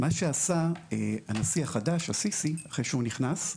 מה שעשה הנשיא החדש, עסיסי, איך שהוא נכנס,